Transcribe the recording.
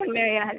मेळया हाल्या